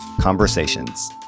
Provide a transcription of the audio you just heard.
Conversations